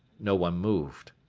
no one moved.